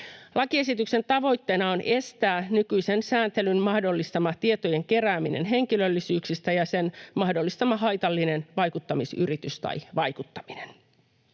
Lakiesityksen tavoitteena on estää nykyisen sääntelyn mahdollistama tietojen kerääminen henkilöllisyyksistä ja sen mahdollistama haitallinen vaikuttamisyritys tai vaikuttaminen.